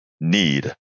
need